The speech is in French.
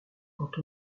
quand